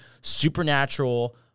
supernatural